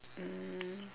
mm